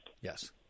yes